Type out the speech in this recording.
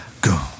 go